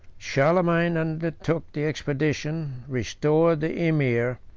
charlemagne undertook the expedition, restored the emir,